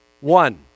One